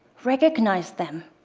recognize them.